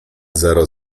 zero